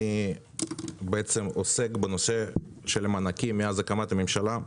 אני עוסק בנושא של המענקים מאז הקמת הממשלה.